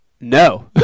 no